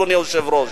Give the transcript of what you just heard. אדוני היושב-ראש.